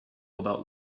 about